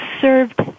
served